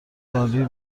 عالی